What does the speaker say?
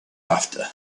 after